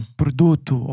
produto